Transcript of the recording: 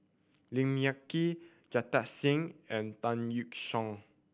Look Yan Kit Jita Singh and Tan Yeok Seong